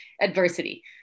adversity